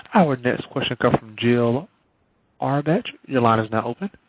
our next question comes from jill arbage. your line is now open.